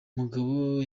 mugabo